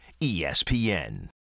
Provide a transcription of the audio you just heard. espn